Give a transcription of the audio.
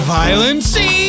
violence